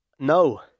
No